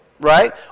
right